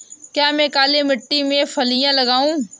क्या मैं काली मिट्टी में फलियां लगाऊँ?